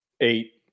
eight